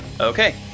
Okay